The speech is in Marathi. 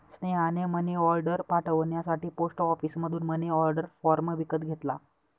स्नेहाने मनीऑर्डर पाठवण्यासाठी पोस्ट ऑफिसमधून मनीऑर्डर फॉर्म विकत घेतला